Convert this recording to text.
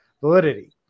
validity